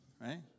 Right